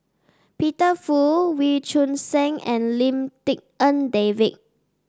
Peter Fu Wee Choon Seng and Lim Tik En David